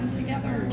together